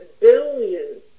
billions